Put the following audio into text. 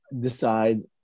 decide